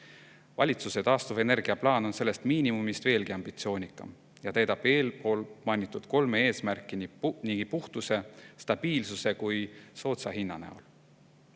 Valitsuse taastuvenergiaplaan on sellest miinimumist veelgi ambitsioonikam ja täidab eespool mainitud kolme eesmärki nii puhtuse, stabiilsuse kui ka soodsa hinna näol. Üsna